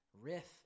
Riff